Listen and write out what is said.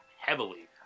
heavily